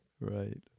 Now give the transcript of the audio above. right